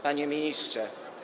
Panie Ministrze!